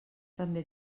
també